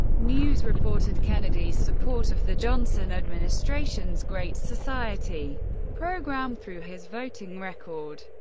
news reported kennedy's support of the johnson administration's great society program through his voting record.